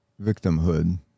victimhood